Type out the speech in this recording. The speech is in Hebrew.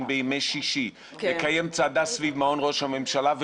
בימי שישי לקיים צעדה סביב מעון ראש הממשלה.